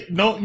no